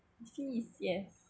fees yes